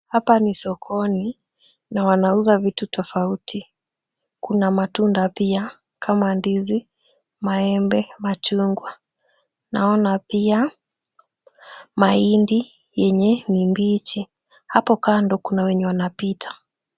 Hapa ni sokoni na wanauza vitu tofauti. Kuna matunda pia kama, ndizi, maembe, machungwa, naona pia mahindi yenye ni mbichi. Hapo kando kuna wenye wanapita.